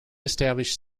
established